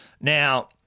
Now